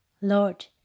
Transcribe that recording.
Lord